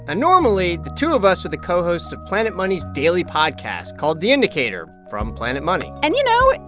ah normally, the two of us are the co-hosts of planet money's daily podcast called the indicator from planet money and, you know,